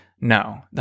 No